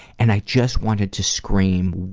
and i just wanted to scream.